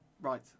Right